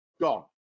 gone